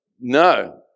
No